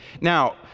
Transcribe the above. Now